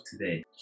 today